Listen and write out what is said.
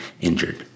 injured